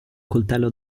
coltello